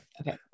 Okay